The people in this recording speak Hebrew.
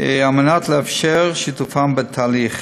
כדי לאפשר שיתופם בתהליך.